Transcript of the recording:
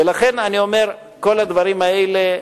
ולכן אני אומר: כל הדברים האלה,